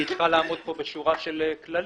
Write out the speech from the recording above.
היא צריכה לעמוד בשורה של כללים.